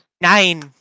Nine